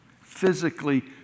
physically